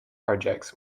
projects